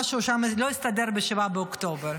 משהו שם לא הסתדר ב-7 באוקטובר.